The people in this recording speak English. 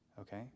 okay